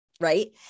Right